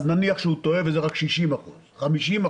אז נניח שהוא טועה וזה רק 60% או 50%,